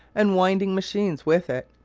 and winding machines with it,